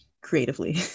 creatively